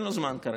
אין לו זמן כרגע,